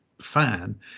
fan